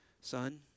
son